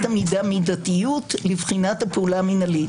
המידה מידתיות לבחינת הפעולה המנהלית.